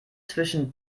zwischen